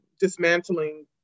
dismantling